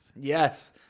Yes